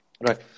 Right